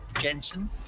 jensen